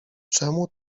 czemu